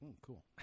cool